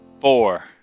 four